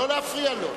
לא להפריע לו.